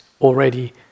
already